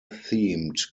themed